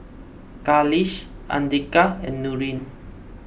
Khalish andika and Nurin